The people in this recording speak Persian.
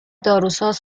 داروساز